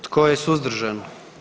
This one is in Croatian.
Tko je suzdržan?